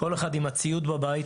כל אחד עם הציוד בבית,